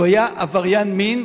אדם שהיה עבריין מין,